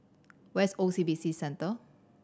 where is O C B C Centre